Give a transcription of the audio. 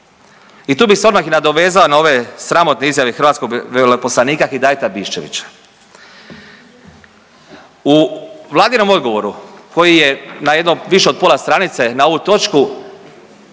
I tu bi se odmah nadovezao i na ove sramotne izjave hrvatskog veleposlanika Hidajeta Bišćevića. U vladinom odgovoru koji je na jedno više od pola stranice na ovu točku